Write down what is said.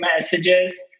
messages